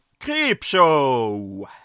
Creepshow